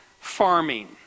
farming